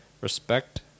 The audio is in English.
respect